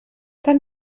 dann